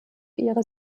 ihre